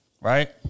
Right